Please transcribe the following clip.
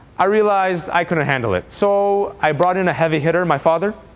i realized i couldn't handle it. so i brought in a heavy hitter, my father,